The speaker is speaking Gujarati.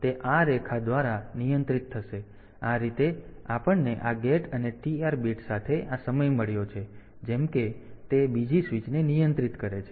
તેથી આ રીતે આપણને આ ગેટ અને TR બિટ્સ સાથે આ સમય મળ્યો છે જેમ કે તે બીજી સ્વીચને નિયંત્રિત કરે છે